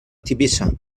tivissa